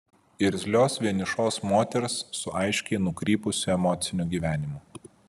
irzlios vienišos moters su aiškiai nukrypusiu emociniu gyvenimu